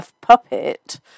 puppet